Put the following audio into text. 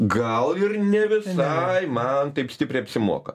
gal ir ne visai man taip stipriai apsimoka